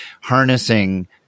harnessing